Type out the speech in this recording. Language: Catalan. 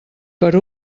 per